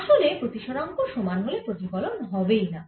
আসলে প্রতিসরাঙ্ক সমান হলে প্রতিফলন হবেই না